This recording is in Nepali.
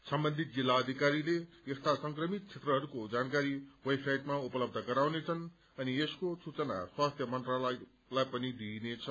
सम्बन्धित जित्लाधिकारीले यस्ता संक्रमित क्षेत्रहरूको जानकारी वेबसाइटमा उपलब्ध गराउनेछन् अनि यसको सूचना स्वास्थ्य मन्त्रालयलाई पनि दिइनेछ